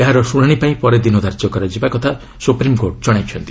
ଏହାର ଶ୍ରଶାଣିପାଇଁ ପରେ ଦିନ ଧାର୍ଯ୍ୟ କରାଯିବା କଥା ସୁପ୍ରିମ୍କୋର୍ଟ ଜଣାଇଛନ୍ତି